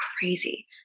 crazy